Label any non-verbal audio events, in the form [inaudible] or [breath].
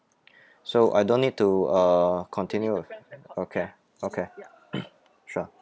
[breath] so I don't need to uh continue okay okay [noise] sure